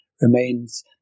remains